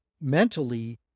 mentally